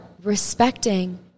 respecting